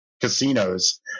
casinos